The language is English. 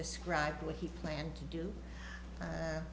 described what he planned to do